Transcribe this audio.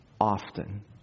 often